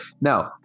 No